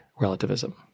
relativism